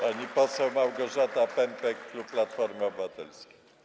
Pani poseł Małgorzata Pępek, klub Platformy Obywatelskiej.